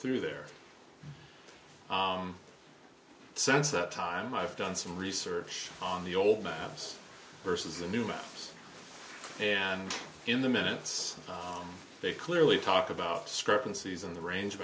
through their sense that time i've done some research on the old man's versus the new math and in the minutes they clearly talk about scripts and season the range of